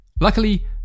Luckily